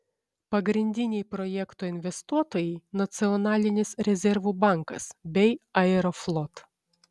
pagrindiniai projekto investuotojai nacionalinis rezervų bankas bei aeroflot